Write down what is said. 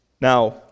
Now